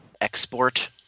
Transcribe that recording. Export